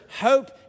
hope